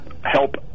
help